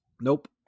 Nope